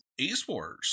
eSports